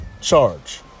charge